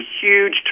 huge